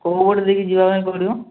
କେଉଁ ପଟେ ଦେଇକରି ଯିବାପାଇଁ ପଡିବ